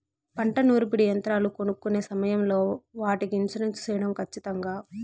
పంట నూర్పిడి యంత్రాలు కొనుక్కొనే సమయం లో వాటికి ఇన్సూరెన్సు సేయడం ఖచ్చితంగా?